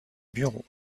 bureau